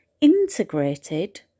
integrated